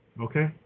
Okay